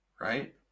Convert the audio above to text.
Right